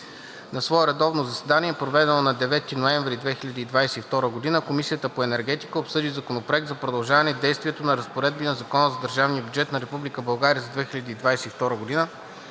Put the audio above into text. На свое редовно заседание, проведено на 9 ноември 2022 г., Комисията по енергетика обсъди Законопроект за продължаване действието на разпоредби на Закона за държавния бюджет на Република